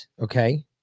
okay